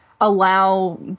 allow